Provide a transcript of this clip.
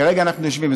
כרגע אנחנו יושבים,